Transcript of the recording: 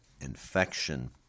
infection